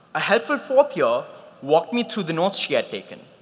a helpful fourth year walked me through the notes she had taken.